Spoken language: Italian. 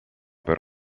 per